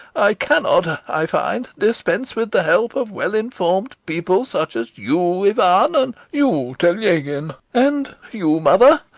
i cannot, i find, dispense with the help of well-informed people such as you, ivan, and you, telegin, and you, mother.